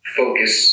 focus